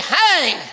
hang